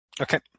Okay